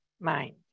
mind